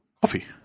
Coffee